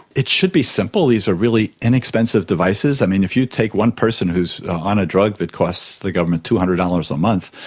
it should be simple. these are really inexpensive devices. i mean, if you take one person who is on a drug that costs the government two hundred dollars a month,